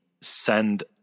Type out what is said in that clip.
send